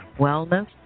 Wellness